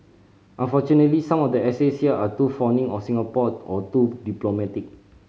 unfortunately some of the essays here are too fawning of Singapore or too diplomatic